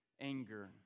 anger